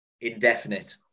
indefinite